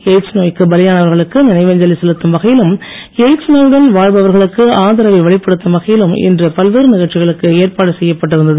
AIDS நோய்க்கு பலியானவர்களுக்கு நினைவஞ்சலி செலுத்தும் வகையிலும் எய்ட்ஸ் வாழ்பவர்களுக்கு ஆதரவை வெளிப்படுத்தும் வகையிலும் இன்று பல்வேறு நிகழ்ச்சிகளுக்கு ஏற்பாடு செய்யப்பட்டு இருந்தது